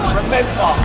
remember